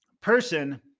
person